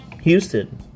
Houston